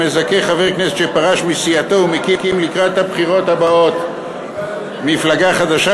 המזכה חבר כנסת שפרש מסיעתו ומקים לקראת הבחירות הבאות מפלגה חדשה,